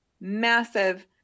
massive